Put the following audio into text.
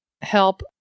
help